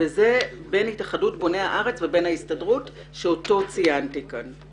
וזה בין התאחדות בוני הארץ ובין ההסתדרות שאותו ציינתי כאן.